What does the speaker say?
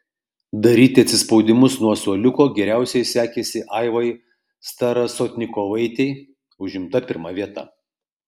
daryti atsispaudimus nuo suoliuko geriausiai sekėsi aivai starasotnikovaitei užimta pirma vieta